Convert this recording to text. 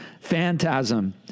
Phantasm